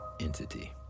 entity